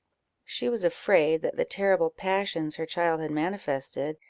she was afraid that the terrible passions her child had manifested,